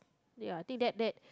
ya I think that that